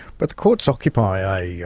but the courts occupy ah yeah